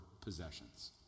possessions